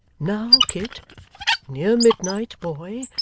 now, kit near midnight, boy,